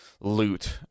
loot